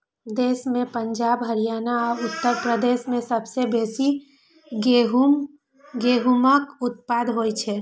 देश मे पंजाब, हरियाणा आ उत्तर प्रदेश मे सबसं बेसी गहूमक उत्पादन होइ छै